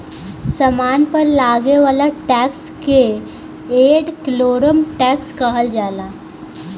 सामान पर लागे वाला टैक्स के एड वैलोरम टैक्स कहल जाला